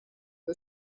est